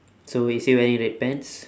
so is he wearing red pants